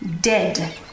Dead